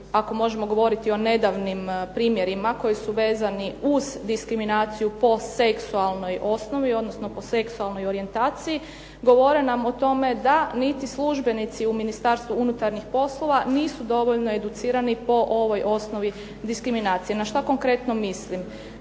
ako možemo govoriti o nedavnim primjerima koji su vezani uz diskriminaciju po seksualnoj osnovi, odnosno po seksualnoj orijentaciji, govore nam o tome da niti službenici u Ministarstvu unutarnjih poslova nisu dovoljno educirani po ovoj osnovi diskriminacije. Na što konkretno mislim?